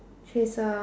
she's a